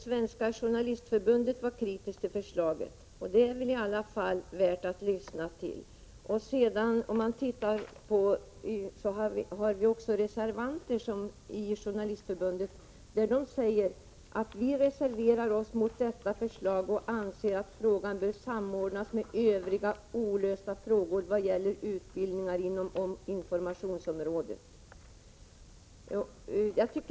Svenska journalistförbundet var också kritiskt till förslaget, vilket måste vara värt att beakta. Journalistförbundet sade bl.a. följande: Vi reserverar oss mot detta förslag och anser att frågan bör samordnas med övriga olösta frågor vad gäller utbildningar inom informationsområdet.